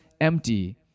empty